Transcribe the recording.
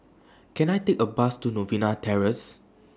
Can I Take A Bus to Novena Terrace